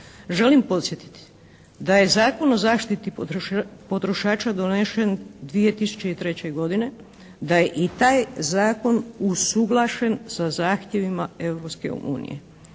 Želim podsjetiti da je Zakon o zaštiti potrošača donesen 2003. godine, da je i taj zakon usuglašen sa zahtjevima